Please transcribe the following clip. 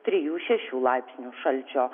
trijų šešių laipsnių šalčio